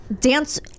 dance